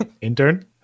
Intern